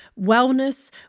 wellness